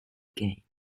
games